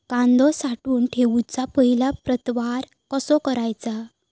कांदो साठवून ठेवुच्या पहिला प्रतवार कसो करायचा?